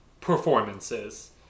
performances